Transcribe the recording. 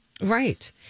Right